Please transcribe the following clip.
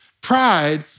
Pride